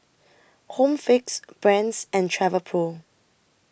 Home Fix Brand's and Travelpro